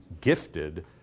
gifted